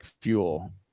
fuel